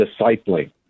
discipling